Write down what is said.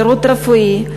שירות רפואי,